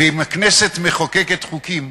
ואם הכנסת מחוקקת חוקים,